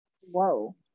Whoa